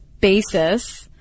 basis